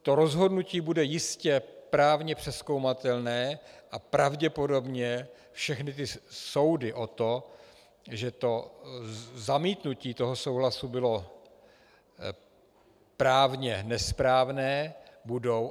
To rozhodnutí bude jistě právně přezkoumatelné a pravděpodobně všechny soudy o to, že zamítnutí souhlasu bylo právně nesprávné, budou.